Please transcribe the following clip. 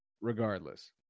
regardless